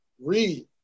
Read